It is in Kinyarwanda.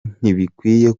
ntibikwiye